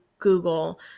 google